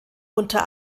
unter